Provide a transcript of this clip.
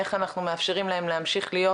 איך אנחנו מאפשרים להם להמשיך להיות